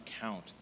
count